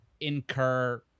incur